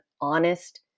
honest